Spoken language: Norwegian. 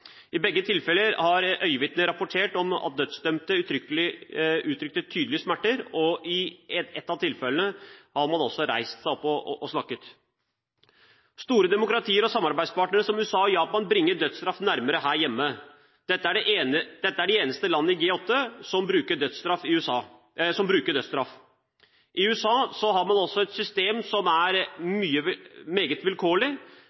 I begge tilfeller har øyenvitner rapportert at den dødsdømte uttrykte tydelige smerter, og i et av tilfellene hadde den dødsdømte også reist seg opp og snakket. Store demokratier og samarbeidspartnere som USA og Japan bringer dødsstraff nærmere oss her hjemme. Dette er de eneste av G8-landene som bruker dødsstraff. I USA har man også et system som er meget vilkårlig,